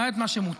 למעט מה שמותר,